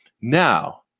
Now